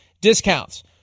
discounts